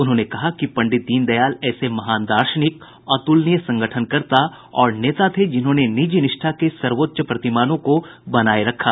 उन्होंने कहा कि पंडित दीनदयाल एक ऐसे महान दार्शनिक अतुलनीय संगठनकर्ता और नेता थे जिन्होंने निजी निष्ठा के सर्वोच्च प्रतिमानों को बनाये रखा